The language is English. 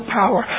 power